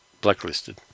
blacklisted